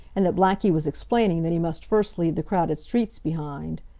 and that blackie was explaining that he must first leave the crowded streets behind.